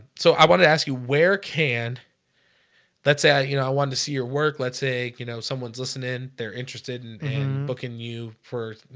so i want to ask you where can that's at you know, i wanted to see your work. let's say, you know, someone's listening they're interested in in booking you for you